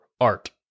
art